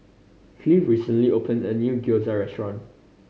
Cleve recently opened a new Gyoza Restaurant